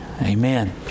Amen